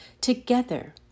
Together